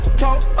talk